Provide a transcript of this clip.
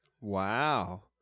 Wow